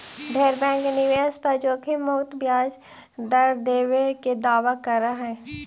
ढेर बैंक निवेश पर जोखिम मुक्त ब्याज दर देबे के दावा कर हई